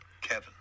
Kevin